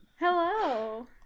Hello